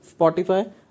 Spotify